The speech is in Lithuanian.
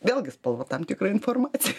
vėlgi spalva tam tikra informacija